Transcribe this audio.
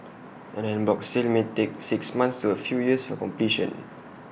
an en bloc sale may take six months to A few years for completion